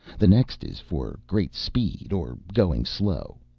the next is for great speed or going slow.